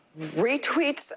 retweets